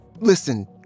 Listen